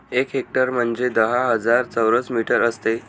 एक हेक्टर म्हणजे दहा हजार चौरस मीटर असते